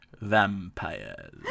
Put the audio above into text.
vampires